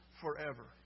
forever